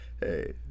Hey